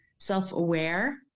Self-aware